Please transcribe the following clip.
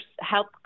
help